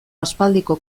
aspaldiko